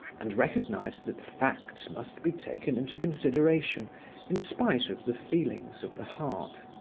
and recognized that facts must be taken into consideration in spite of the feelings of the heart.